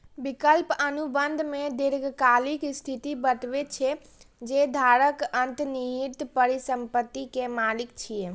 विकल्प अनुबंध मे दीर्घकालिक स्थिति बतबै छै, जे धारक अंतर्निहित परिसंपत्ति के मालिक छियै